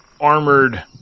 armored